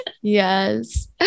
Yes